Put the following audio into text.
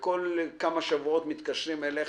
ובכל כמה שבועות מתקשרים אליך,